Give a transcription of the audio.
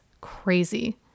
crazy